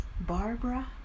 Barbara